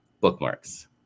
bookmarks